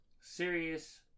serious